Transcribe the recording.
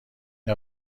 این